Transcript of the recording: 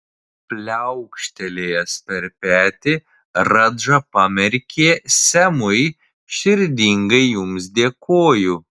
pliaukštelėjęs per petį radža pamerkė semui širdingai jums dėkoju